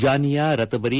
Janya ರತಬರಿ